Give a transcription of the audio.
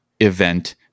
event